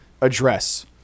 address